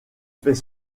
fait